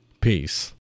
Peace